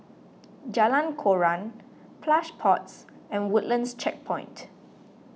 Jalan Koran Plush Pods and Woodlands Checkpoint